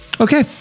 Okay